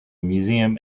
museum